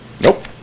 Nope